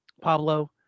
Pablo